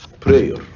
Prayer